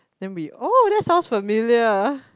then we oh that sounds familiar